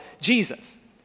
Jesus